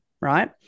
right